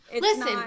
Listen